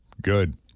Good